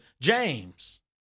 James